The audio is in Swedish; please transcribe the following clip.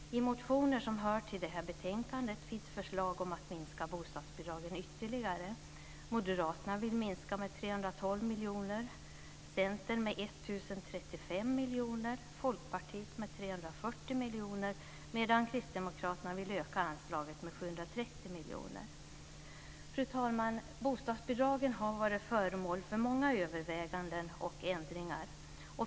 I motioner som behandlas i detta betänkande finns förslag om att minska bostadsbidragen ytterligare. Moderaterna vill minska med Folkpartiet med 340 miljoner, medan Kristdemokraterna vill öka anslaget med 730 miljoner. Fru talman! Bostadsbidragen har varit föremål för många överväganden och ändringar.